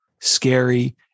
scary